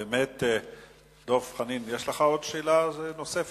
דב חנין, יש לך שאלה נוספת?